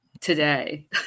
today